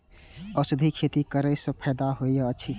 औषधि खेती करे स फायदा होय अछि?